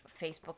Facebook